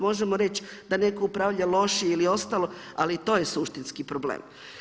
Možemo reći da neko upravlja lošije ili ostalo, ali to je suštinski problem.